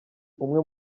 umwe